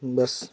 বছ